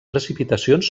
precipitacions